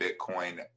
Bitcoin